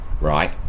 right